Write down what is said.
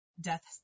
death